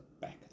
back